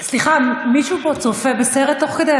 סליחה, מישהו פה צופה בסרט תוך כדי?